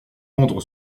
rendre